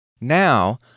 Now